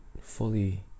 fully